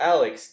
Alex